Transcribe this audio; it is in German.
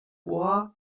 bois